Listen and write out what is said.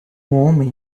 homem